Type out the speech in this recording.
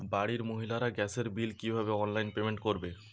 বাড়ির মহিলারা গ্যাসের বিল কি ভাবে অনলাইন পেমেন্ট করবে?